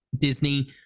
Disney